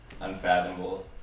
unfathomable